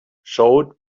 showed